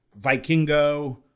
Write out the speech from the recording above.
Vikingo